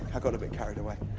i got a bit carried away.